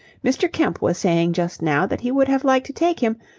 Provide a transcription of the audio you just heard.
mr. kemp was saying just now that he would have liked to take him,